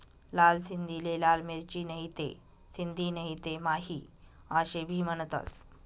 लाल सिंधीले लाल मिरची, नहीते सिंधी नहीते माही आशे भी म्हनतंस